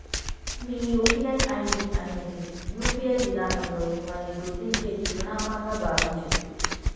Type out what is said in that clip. మీ UPI ID అనేది UPI విధానంలో మిమ్మల్ని గుర్తించే చిరునామాగా భావించొచ్చు